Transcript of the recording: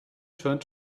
turned